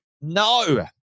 no